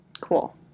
Cool